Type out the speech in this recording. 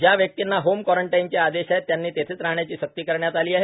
ज्या व्यक्तींना होम क्वारंटाईनचे आदेश आहेत त्यांना तेथेच राहण्याची सक्ती करण्यात आली आहे